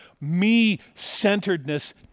me-centeredness